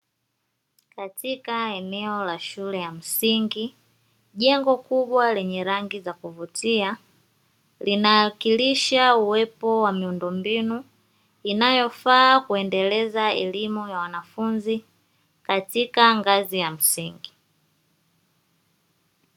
Katika eneo la shule ya msingi jengo kubwa lenye rangi za kuvutia, linawakilisha uwepo wa miundombinu inayofaa kuendeleza elimu ya wanafunzi katika ngazi ya msingi.